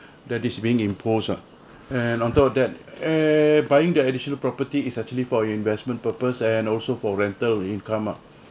that is being imposed ah and on top of that err buying the additional property is actually for your investment purpose and also for rental income ah